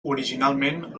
originalment